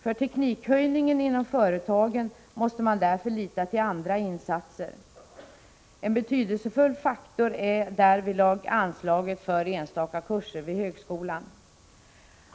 För höjningen av tekniknivån inom företagen måste man därför lita till andra insatser. En betydelsefull faktor är därvidlag anslaget för enstaka kurser vid högskolan.